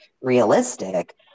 realistic